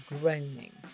groaning